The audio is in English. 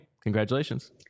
Congratulations